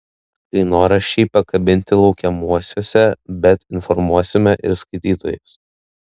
kainoraščiai pakabinti laukiamuosiuose bet informuosime ir skaitytojus